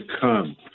come